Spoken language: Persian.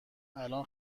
الان